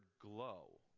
glow